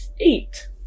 eight